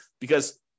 Because-